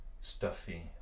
stuffy